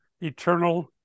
eternal